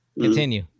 Continue